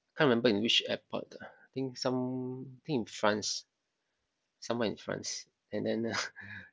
can't remember in which airport lah I think some think in France somewhere in France and then uh